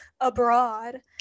abroad